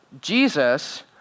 Jesus